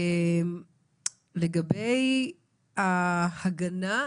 לגבי ההגנה,